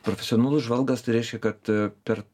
profesionalus žvalgas tai reiškia kad per